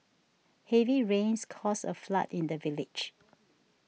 heavy rains caused a flood in the village